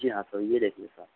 जी हाँ तो यह देखिए सर